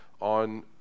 on